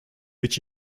which